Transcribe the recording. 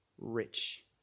rich